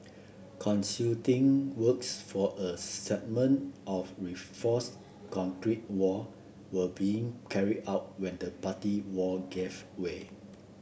concreting works for a segment of reinforced concrete wall were being carried out when the party wall gave way